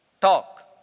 talk